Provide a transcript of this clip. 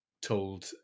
told